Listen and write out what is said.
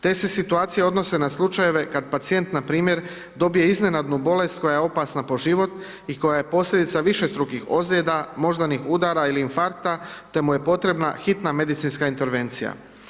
Te se slučaje kad pacijent npr. dobije iznenadni bolest koja je opasna po život i koja je posljedica višestrukih ozljeda, moždanih udara ili infarkta te mu je potrebna hitna medicinska intervencija.